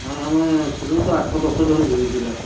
ନାହିଁ ଆମେ ଥିଲୁ ତ ଆଠ ଦଶ ଜଣ ଥିଲୁ ପିଲା